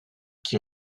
qui